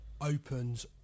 opens